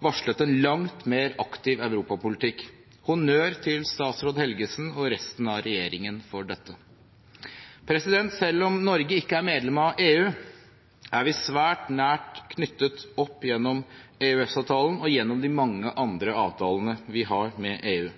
varslet en langt mer aktiv europapolitikk. Honnør til statsråd Helgesen og resten av regjeringen for dette. Selv om Norge ikke er medlem av EU, er vi svært nært knyttet opp gjennom EØS-avtalen og gjennom de mange andre avtalene vi har med EU.